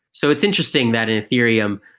so it's interesting that in ethereum,